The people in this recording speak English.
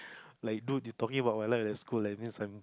like dude you talking about my life at school and then some